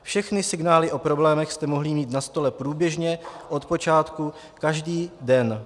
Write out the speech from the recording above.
Všechny signály o problémech jste mohli mít na stole průběžně od počátku každý den.